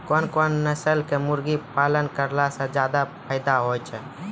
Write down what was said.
कोन कोन नस्ल के मुर्गी पालन करला से ज्यादा फायदा होय छै?